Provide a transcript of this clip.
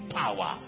power